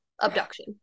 abduction